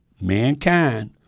mankind